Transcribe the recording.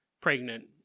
pregnant